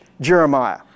Jeremiah